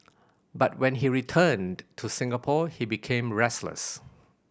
but when he returned to Singapore he became restless